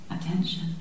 attention